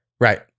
right